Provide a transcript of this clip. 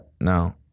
no